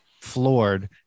floored